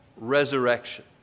resurrection